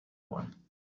one